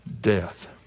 death